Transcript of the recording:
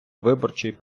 виборчий